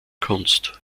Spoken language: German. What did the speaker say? kunst